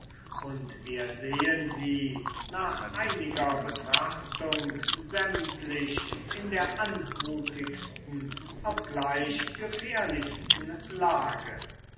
und wir sehen sie nach einiger betrachtung sämtlich in der anmutigsten obgleich gefährlichsten lage